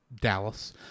Dallas